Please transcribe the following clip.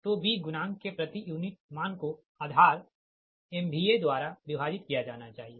तो B गुणांक के प्रति यूनिट मान को आधार MVA द्वारा विभाजित किया जाना चाहिए